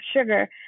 sugar